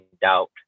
doubt